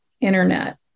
internet